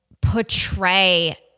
portray